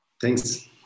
Thanks